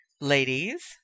Ladies